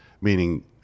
meaning